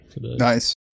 Nice